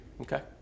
Okay